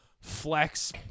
Flex